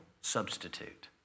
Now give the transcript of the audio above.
substitute